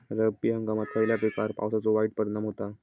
रब्बी हंगामात खयल्या पिकार पावसाचो वाईट परिणाम होता?